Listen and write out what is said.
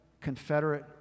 Confederate